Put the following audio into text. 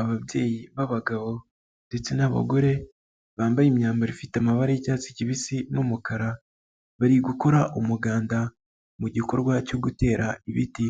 Ababyeyi b'abagabo ndetse n'abagore, bambaye imyambaro ifite amabara y'icyatsi kibisi n'umukara, bari gukora umuganda, mu gikorwa cyo gutera ibiti